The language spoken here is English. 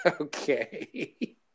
Okay